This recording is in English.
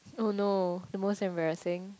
oh no the most embarrassing